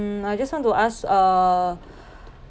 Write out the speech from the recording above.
mm I just want to ask uh